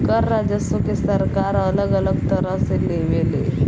कर राजस्व के सरकार अलग अलग तरह से लेवे ले